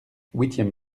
huitième